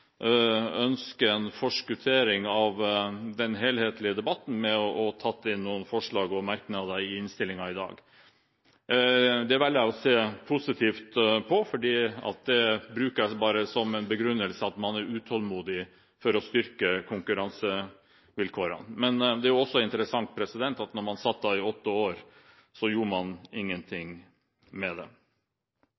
ønsker en forskuttering av den helhetlige debatten ved å ta inn noen forslag og merknader i innstillingen i dag. Det velger jeg å se positivt på, og da bruker jeg bare som en begrunnelse at man er utålmodig etter å styrke konkurransevilkårene. Men det er også interessant at man satt i åtte år og gjorde